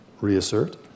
reassert